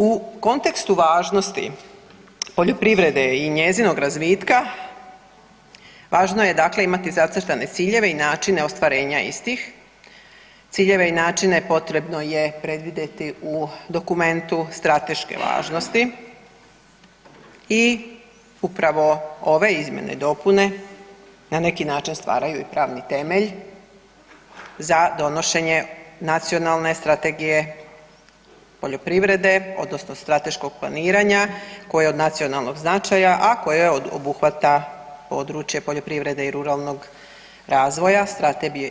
U kontekstu važnosti poljoprivrede i njezinog razvitka, važno je dakle imati zacrtane ciljeve i načine ostvarenja istih, ciljeve i načine potrebno je predvidjeti u dokumentu strateške važnosti i upravo ove izmjene i dopune stvaraju i pravni temelj za donošenje Nacionalne strategije poljoprivrede, odnosno strateškog planiranja koje je od nacionalnog značaja a koje obuhvata područje poljoprivrede i ruralnog razvoja,